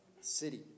city